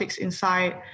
inside